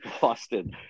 Boston